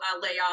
layoff